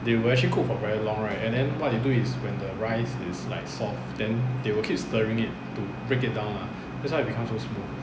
they will actually cook for very long right and then what you do is when the rice is like soft then they will keep stirring it to break it down lah that's why become so smooth